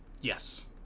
yes